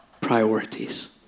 priorities